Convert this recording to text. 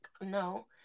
no